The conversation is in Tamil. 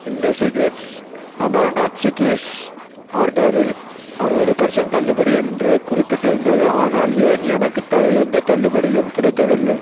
இண்டிஸீக்ரெட்ஸ் அமரனாத் சிக்கீஸ் ஆர்டரில் அறுபது பெர்சண்ட் தள்ளுபடி என்று குறிப்பிட்டிருந்தது ஆனால் ஏன் எனக்கு எந்தத் தள்ளுபடியும் கிடைக்கவில்லை